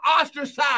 ostracized